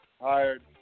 hired